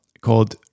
called